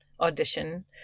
audition